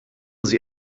sie